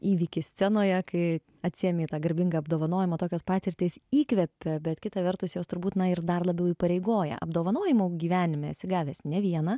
įvykį scenoje kai atsiėmei tą garbingą apdovanojimą tokios patirtys įkvepia bet kita vertus jos turbūt na ir dar labiau įpareigoja apdovanojimų gyvenime esi gavęs ne vieną